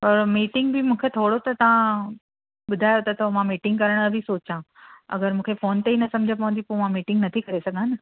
पर मीटिंग बि मूंखे थोरो त तव्हां ॿुधायो त मां मीटिंग करण जो बि सोचा अगरि मुंखे फ़ोन ते ई न समुझ न पवंदी पोइ मां मीटिंग नथी करे सघां न